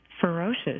ferocious